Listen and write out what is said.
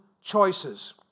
choices